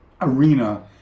arena